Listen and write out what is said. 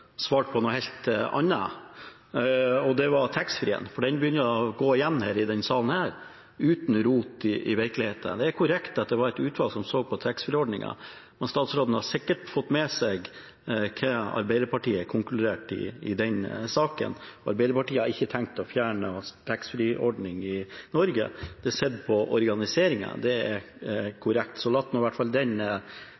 svarte på noe helt annet, nemlig taxfree-ordningen, for den begynner å gå igjen i denne salen, uten rot i virkeligheten. Det er korrekt at det var et utvalg som så på taxfree-ordningen, men statsråden har sikkert fått med seg hva Arbeiderpartiet konkluderte i den saken. Arbeiderpartiet har ikke tenkt å fjerne taxfree-ordningen i Norge. Det er sett på organiseringen, det er